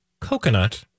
coconut